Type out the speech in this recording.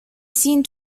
seen